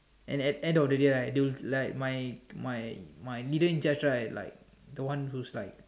and at at end of the day right they will like my my my leader in charge the one who's like